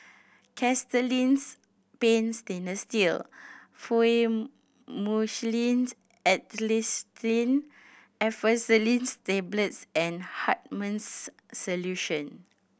Castellani's Paint Stainless Fluimucil Acetylcysteine Effervescent Tablets and Hartman's Solution